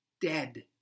dead